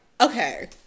okay